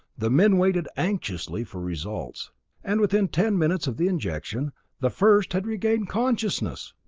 the men waited anxiously for results and within ten minutes of the injection the first had regained consciousness!